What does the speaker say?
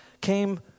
came